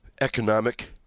economic